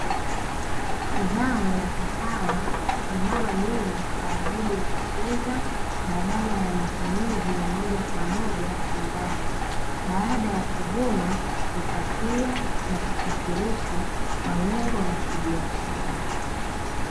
Zao la kahawa linalolimwa kwa ajili ya kuuza badala ya matumizi ya moja kwa moja nyumbani. Baada ya kuvunwa kupakiwa na kusafirishwa kwa lengo la kibiashara.